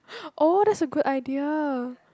oh that's a good idea